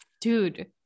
dude